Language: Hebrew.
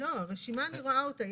לא, אני רואה את הרשימה.